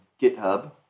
GitHub